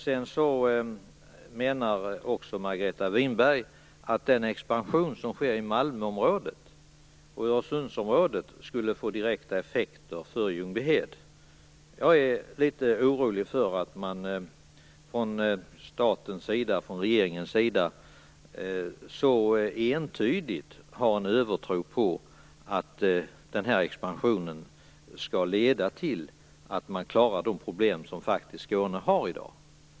Sedan menar Margareta Winberg att den expansion som sker i Malmö och Öresundsområdet skulle få direkta effekter för Ljungbyhed. Jag är litet orolig över att man från statens och regeringens sida så entydigt har en övertro på att den här expansionen skall leda till att man klarar de problem Skåne har i dag.